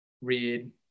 read